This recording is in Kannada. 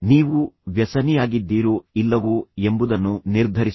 ನೀವು ವ್ಯಸನಿಯಾಗಿದ್ದೀರೋ ಇಲ್ಲವೋ ಎಂಬುದನ್ನು ನಿರ್ಧರಿಸಿ